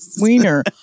wiener